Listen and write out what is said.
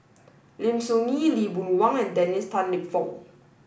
Lim Soo Ngee Lee Boon Wang and Dennis Tan Lip Fong